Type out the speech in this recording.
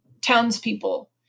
townspeople